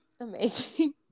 amazing